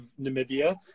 Namibia